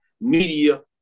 media